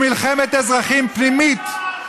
במלחמת אזרחים פנימית.